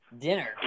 dinner